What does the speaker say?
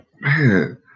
Man